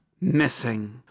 missing